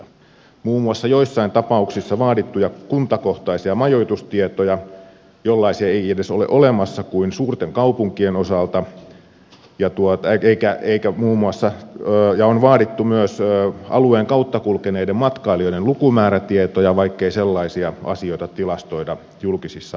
muun muassa joissain tapauksissa on vaadittu kuntakohtaisia majoitustietoja jollaisia ei edes ole olemassa kuin suurten kaupunkien osalta ja tuota ikää eikä maassa ja on vaadittu myös alueen kautta kulkeneiden matkailijoiden lukumäärätietoja vaikkei sellaisia asioita tilastoida julkisissa rekistereissä lainkaan